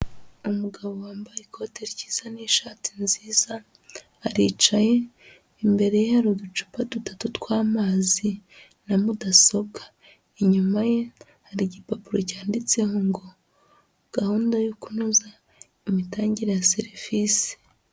Umugabo wambaye ikote ryiza n'ishati nziza aricaye imbere ye hari uducupa dutatu tw'amazi na mudasobwa, inyuma ye hari igipapuro cyanditseho ngo gahunda yo kunoza imitangire ya serivisi.